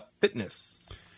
Fitness